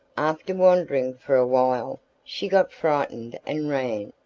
after wandering for a while she got frightened and ran,